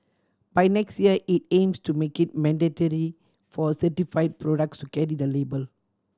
by next year it aims to make it mandatory for certify products to carry the label